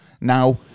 now